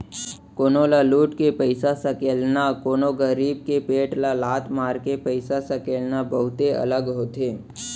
कोनो ल लुट के पइसा सकेलना, कोनो गरीब के पेट ल लात मारके पइसा सकेलना बहुते गलत होथे